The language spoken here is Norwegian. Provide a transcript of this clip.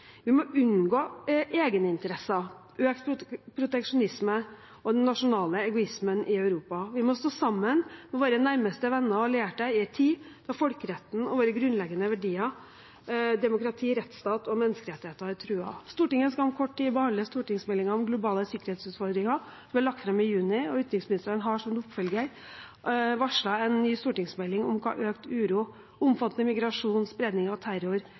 Vi må unngå egeninteresser, økt proteksjonisme og den nasjonale egoismen i Europa. Vi må stå sammen med våre nærmeste venner og allierte i en tid da folkeretten og våre grunnleggende verdier – demokrati, rettsstat og menneskerettigheter – er truet. Stortinget skal om kort tid behandle stortingsmeldingen om globale sikkerhetsutfordringer som ble lagt fram i juni, og utenriksministeren har som en oppfølger varslet en ny stortingsmelding om hva økt uro, omfattende migrasjon, spredning av terror,